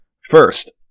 first